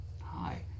Hi